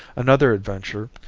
another adventure,